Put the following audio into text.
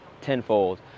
tenfold